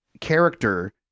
character